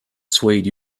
swayed